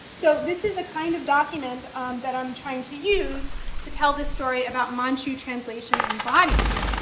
so this is the kind of document that i'm trying to use to tell this story about manchu translation and bodies.